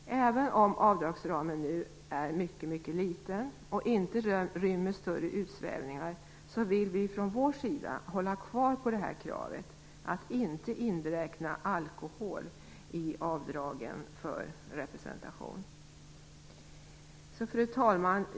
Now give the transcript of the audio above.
Även om avdragsramen nu är mycket liten och inte rymmer större utsvävningar vill vi från vår sida hålla på kravet att inte ta med alkohol i avdragen för representation. Fru talman!